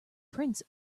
prince